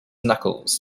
knuckles